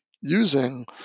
using